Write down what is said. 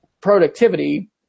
productivity